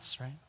right